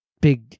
big